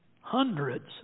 Hundreds